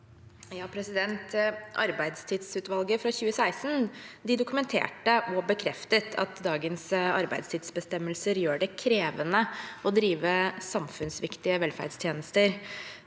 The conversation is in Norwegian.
Arbeidstidsutvalget fra 2016 dokumenterte og bekreftet at dagens arbeidstidsbestemmelser gjør det krevende å drive samfunnsviktige velferdstjenester.